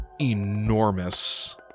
enormous